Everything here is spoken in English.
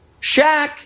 Shaq